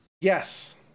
Yes